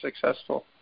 successful